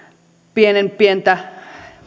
pienenpientä